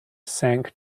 sank